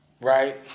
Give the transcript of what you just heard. right